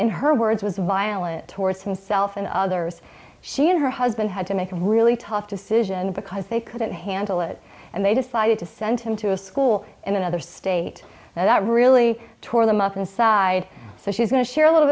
in her words was violent towards himself and others she and her husband had to make really tough decisions because they couldn't handle it and they decided to send him to a school in another state that really tore them up inside i so she's going to share a little